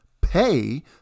pay